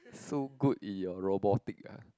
so good in your robotic ah